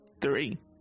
Three